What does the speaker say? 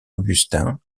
augustin